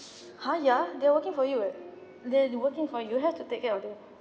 !huh! ya they're working for you [what] they working for you have to take care of them